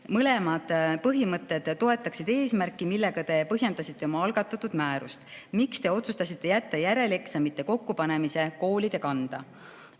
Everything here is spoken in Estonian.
Mõlemad põhimõtted toetaksid eesmärki, millega Te põhjendasite oma algatatud määrust. Miks Te otsustasite jätta järeleksamite kokkupanemise koolide kanda?"